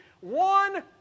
one